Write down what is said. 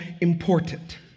important